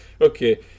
Okay